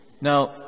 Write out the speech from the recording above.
Now